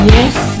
Yes